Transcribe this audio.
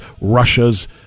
Russia's